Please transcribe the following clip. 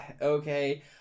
okay